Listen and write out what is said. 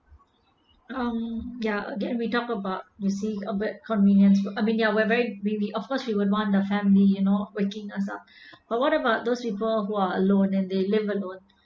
um yeah again we talk about you see a bit convenience for I mean where they be the of course we would want the family you know waking us up but what about those people who are alone and they live alone